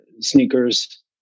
sneakers